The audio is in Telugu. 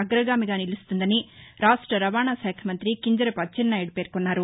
అగ్రగామిగా నిలుస్తుందని రాష్ట రవాణా శాఖ మంత్రి కింజరాపు అచ్చెన్నాయుడు పేర్కొన్నారు